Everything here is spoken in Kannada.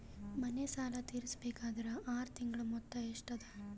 ಮನೆ ಸಾಲ ತೀರಸಬೇಕಾದರ್ ಆರ ತಿಂಗಳ ಮೊತ್ತ ಎಷ್ಟ ಅದ?